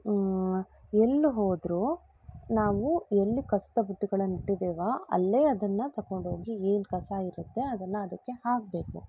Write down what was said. ಎಲ್ಲಿ ಹೋದರು ನಾವು ಎಲ್ಲಿ ಕಸದ ಬುಟ್ಟಿಗಳನ್ನ ಇಟ್ಟಿದೇವೊ ಅಲ್ಲೇ ಅದನ್ನು ತಕೊಂಡೋಗಿ ಏನು ಕಸ ಇರುತ್ತೆ ಅದನ್ನು ಅದಕ್ಕೆ ಹಾಕಬೇಕು